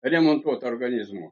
remontuot organizmo